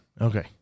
okay